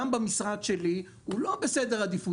גם במשרד שלי, הוא לא בסדר עדיפות.